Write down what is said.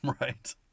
Right